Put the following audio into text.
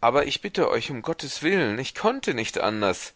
aber ich bitte euch um gottes willen ich konnte nicht anders